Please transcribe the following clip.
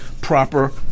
proper